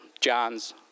John's